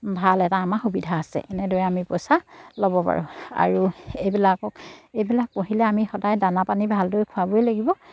ভাল এটা আমাৰ সুবিধা আছে এনেদৰে আমি পইচা ল'ব পাৰোঁ আৰু এইবিলাকক এইবিলাক পুহিলে আমি সদায় দানা পানী ভালদৰে খোৱাবই লাগিব